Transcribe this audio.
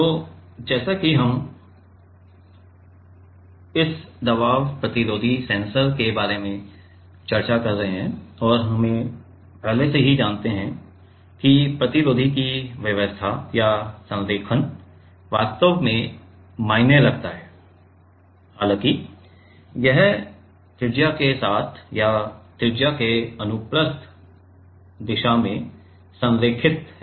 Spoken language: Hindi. तो जैसा कि हम इस दबाव प्रतिरोधी सेंसर के बारे में चर्चा कर रहे हैं और हम पहले से ही जानते हैं कि प्रतिरोधी की व्यवस्था या संरेखण वास्तव में मायने रखता है हालाँकि यह त्रिज्या के साथ या त्रिज्या के अनुप्रस्थ दिशा में संरेखित है